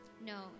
No